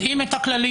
יודעים את הכללים,